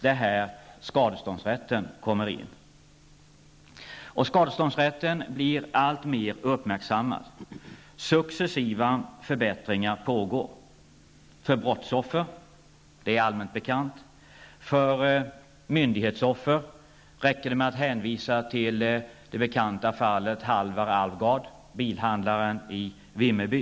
Det är här skadeståndsrätten kommer in. Skadeståndsrätten blir alltmer uppmärksammad. Successiva förbättringar pågår för brottsoffer -- det är allmänt bekant. I fråga om myndighetsoffer räcker det med att hänvisa till det bekanta fallet Halvar Alvgard, bilhandlaren i Vimmerby.